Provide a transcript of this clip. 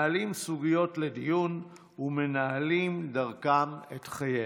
מעלים סוגיות לדיון ומנהלים דרכן את חיינו.